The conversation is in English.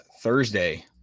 thursday